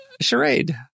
Charade